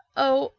oh,